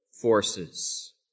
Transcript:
forces